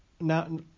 now